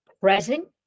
present